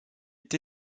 été